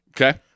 Okay